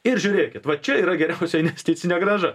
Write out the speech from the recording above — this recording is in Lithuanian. ir žiūrėkit va čia yra geriausia investicinė grąža